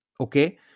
okay